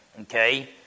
okay